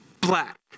black